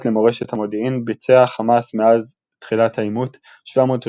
למורשת המודיעין ביצע חמאס מאז תחילת העימות 780